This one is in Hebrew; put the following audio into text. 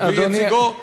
אדוני, אדוני.